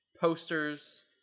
posters